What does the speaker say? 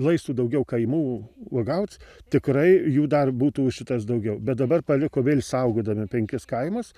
laistų daugiau kaimų uogaut tikrai jų dar būtų šitas daugiau bet dabar paliko vėl saugodami penkis kaimus